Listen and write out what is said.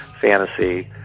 fantasy